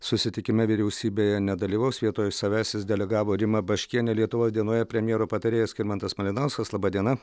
susitikime vyriausybėje nedalyvaus vietoj savęs jis delegavo rimą baškienę lietuvos dienoje premjero patarėjas skirmantas malinauskas laba diena